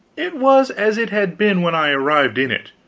it was as it had been when i arrived in it,